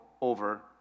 over